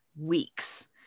weeks